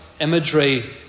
imagery